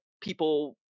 people